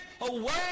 away